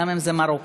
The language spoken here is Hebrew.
גם אם זה מרוקאית,